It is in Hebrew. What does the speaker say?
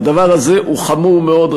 והדבר הזה הוא חמור מאוד,